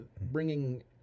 bringing